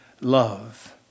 love